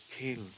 killed